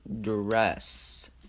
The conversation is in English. dress